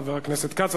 חבר הכנסת כץ,